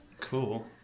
Cool